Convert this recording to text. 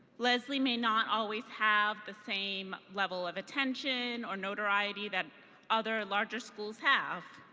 lesley may not always have the same level of attention or notoriety that other larger schools have,